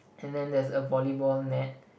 and then there's a volleyball net